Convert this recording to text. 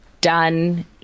done